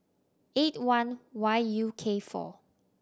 eight one Y U K four